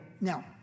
Now